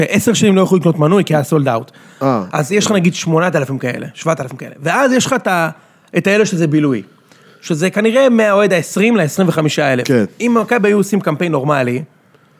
עשר שנים לא יכולו לקנות מנוי, כי היה סולד אאוט. אה. אז יש לך נגיד שמונת אלפים כאלה, שבעת אלפים כאלה. ואז יש לך את האלה שזה בילוי. שזה כנראה מהאוהד העשרים לעשרים וחמישה אלף. כן. אם מכבי היו עושים קמפיין נורמלי,